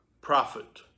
Prophet